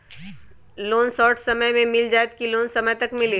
Loan short समय मे मिल जाएत कि लोन समय तक मिली?